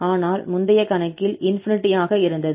ஆனால் முந்தைய கணக்கில் ∞ ஆக இருந்தது